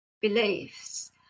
beliefs